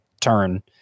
turn